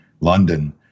London